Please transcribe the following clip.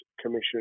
Commission